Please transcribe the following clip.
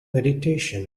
meditation